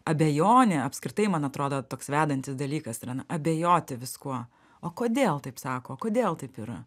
abejonė apskritai man atrodo toks vedantis dalykas yra na abejoti viskuo o kodėl taip sako o kodėl taip yra